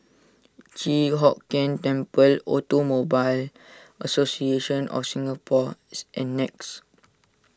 Chi Hock Keng Temple Automobile Association of Singapore's and Nex